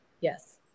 yes